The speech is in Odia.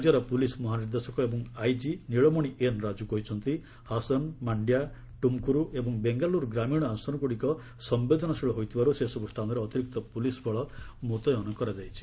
ରାଜ୍ୟର ପୁଲିସ୍ ମହାନିର୍ଦ୍ଦେଶକ ଏବଂ ଆଇଜି ନୀଳମଣି ଏନ୍ ରାଜୁ କହିଛନ୍ତି ହାସନ୍ ମାଣ୍ଡ୍ୟା ଟୁମ୍କୁରୁ ଏବଂ ବେଙ୍ଗାଲୁରୁ ଗ୍ରାମୀଣ ଆସନଗୁଡ଼ିକ ସମ୍ବେଦନଶୀଳ ହୋଇଥିବାରୁ ସେସବୁ ସ୍ଥାନରେ ଅତିରିକ୍ତ ପୁଲିସ୍ ବଳ ମୁତ୍ୟନ କରାଯାଇଛି